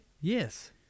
Yes